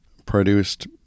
Produced